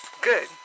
good